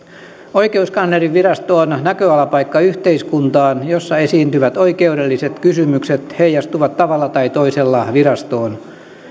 oikeuskanslerinvirasto on näköalapaikka yhteiskuntaan jossa esiintyvät oikeudelliset kysymykset heijastuvat tavalla tai toisella virastoon